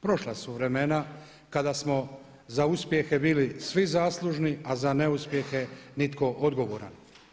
Prošla su vremena kada smo za uspjehe bili svi zaslužni, a za neuspjehe nitko odgovoran.